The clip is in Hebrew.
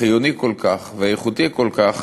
חיוני כל כך ואיכותי כל כך